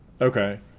Okay